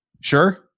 sure